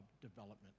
development